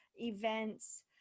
events